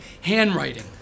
handwriting